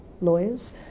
lawyers